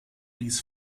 ließ